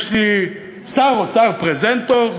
יש לי שר אוצר פרזנטור.